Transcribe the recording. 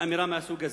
אמירה מהסוג הזה.